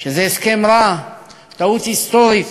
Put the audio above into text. שזה הסכם רע, טעות היסטורית,